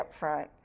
upfront